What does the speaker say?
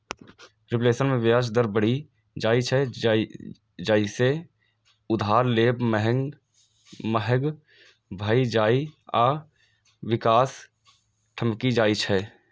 reflation मे ब्याज दर बढ़ि जाइ छै, जइसे उधार लेब महग भए जाइ आ विकास ठमकि जाइ छै